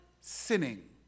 sinning